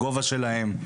הגובה שלהם,